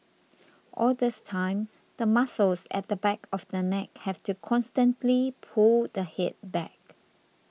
all this time the muscles at the back of the neck have to constantly pull the head back